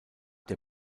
der